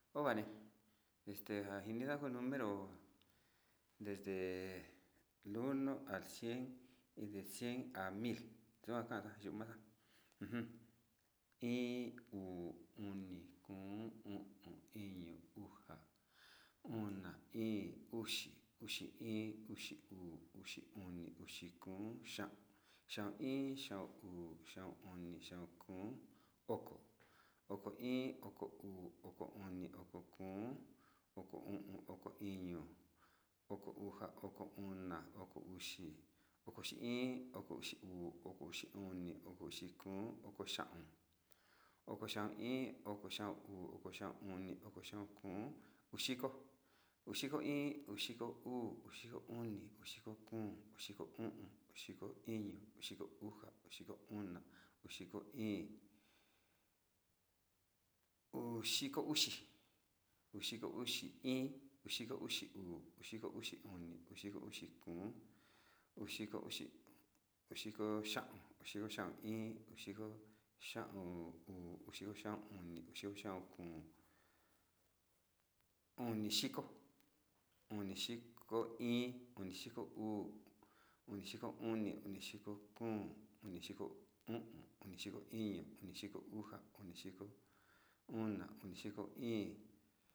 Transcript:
Uu xiko xa’aun uu, uu xiko xa’aun uni, uu xiko xa’aun kun, uni xiko in, uni xiko uu, uni xiko uni, uni xiko kun, uni xiko uum, uni xiko iñu, uni xiko uja, uni xiko una.